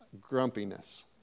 grumpiness